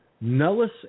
Nellis